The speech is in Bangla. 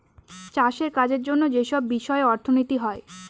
চাষের কাজের জন্য যেসব বিষয়ে অর্থনীতি হয়